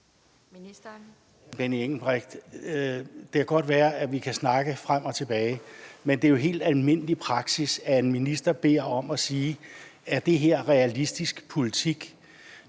Benny Engelbrecht, at vi kan snakke frem og tilbage, men det er jo helt almindelig praksis, at en minister spørger sit ministerium: Er det her realistisk politik?